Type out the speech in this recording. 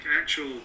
actual